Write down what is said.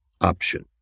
option